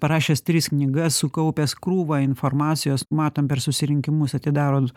parašęs tris knygas sukaupęs krūvą informacijos matom per susirinkimus atidaro